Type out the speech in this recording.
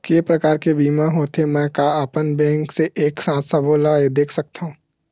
के प्रकार के बीमा होथे मै का अपन बैंक से एक साथ सबो ला देख सकथन?